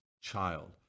child